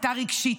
כיתה רגשית.